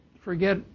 forget